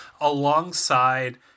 alongside